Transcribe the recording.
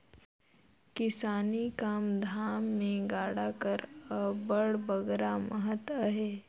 किसानी काम धाम मे गाड़ा कर अब्बड़ बगरा महत अहे